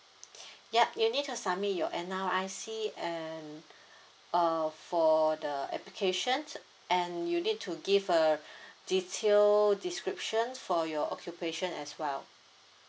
ya you need to submit your N_R_I_C and uh for the applications and you need to give a detail description for your occupation as well